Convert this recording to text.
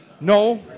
No